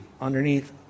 underneath